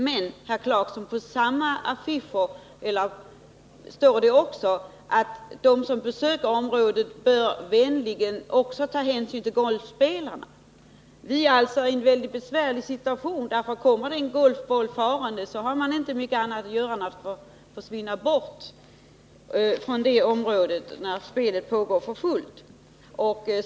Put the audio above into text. Men, herr Clarkson, på samma anslag står också att de som besöker området bör vänligen också ta hänsyn till golfspelarna. Vi är alltså i en mycket besvärlig situation. Kommer det en golfboll farande har man inte mycket annat att göra än att försvinna från det område där spelet pågår för fullt.